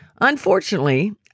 unfortunately